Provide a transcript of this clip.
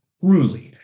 Truly